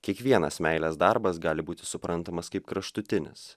kiekvienas meilės darbas gali būti suprantamas kaip kraštutinis